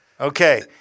Okay